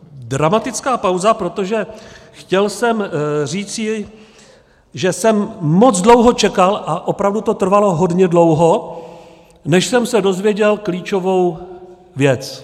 Dramatická pauza, protože chtěl jsem říci, že jsem moc dlouho čekal a opravdu to trvalo hodně dlouho, než jsem se dozvěděl klíčovou věc.